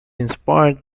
inspired